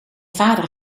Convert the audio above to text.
vader